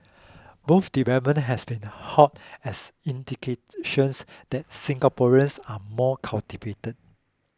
both developments have been hailed as indications that Singaporeans are more cultivated